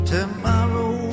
Tomorrow